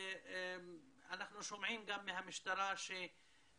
ואנחנו שומעים גם מהמשטרה גם